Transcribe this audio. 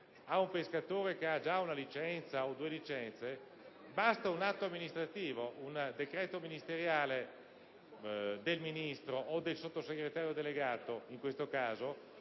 ad un pescatore che ne abbia già una o due basta un atto amministrativo. Un decreto ministeriale del Ministro o del Sottosegretario delegato, in questo caso,